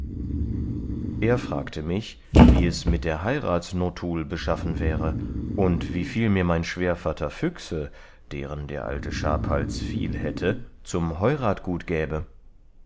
er fragte mich wie es mit der heuratsnotul beschaffen wäre und wieviel mir mein schwährvatter füchse deren der alte schabhals viel hätte zum heuratgut gäbe